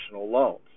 loans